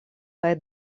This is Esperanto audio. kaj